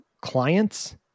clients